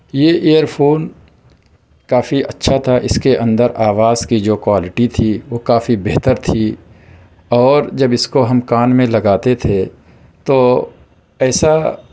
یہ earphone کافی اچھا تھا اِس کے اندر آواز کی جو کوالٹی تھی وہ کافی بہتر تھی اور جب اِس کو ہم کان میں لگاتے تھے تو ایسا